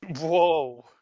Whoa